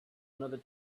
another